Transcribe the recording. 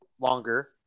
longer